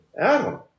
Adam